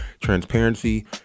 transparency